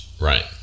right